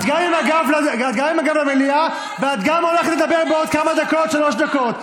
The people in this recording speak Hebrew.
את גם עם הגב למליאה ואת גם הולכת לדבר בעוד כמה דקות שלוש דקות.